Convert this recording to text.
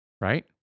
right